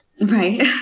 right